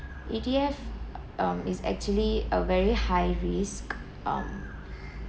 E_T_F um is actually a very high risk um